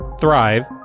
thrive